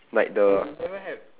like the